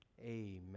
Amen